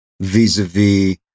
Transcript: vis-a-vis